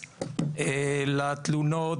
תודה.